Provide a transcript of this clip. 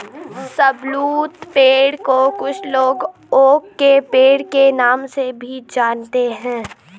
शाहबलूत पेड़ को कुछ लोग ओक के पेड़ के नाम से भी जानते है